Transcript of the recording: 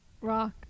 Rock